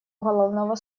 уголовного